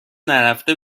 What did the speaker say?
نرفته